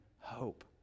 hope